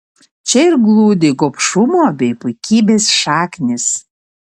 čia ir glūdi gobšumo bei puikybės šaknys